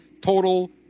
total